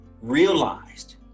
Realized